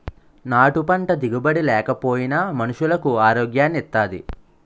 నాటు పంట దిగుబడి నేకపోయినా మనుసులకు ఆరోగ్యాన్ని ఇత్తాది